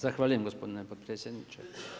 Zahvaljujem gospodine potpredsjedniče.